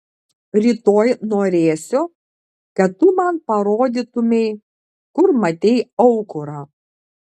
rytoj norėsiu kad tu man parodytumei kur matei aukurą